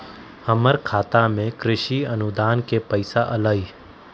हमर खाता में कृषि अनुदान के पैसा अलई?